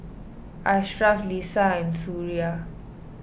Ashraf Lisa and Suria